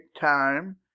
time